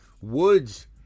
Woods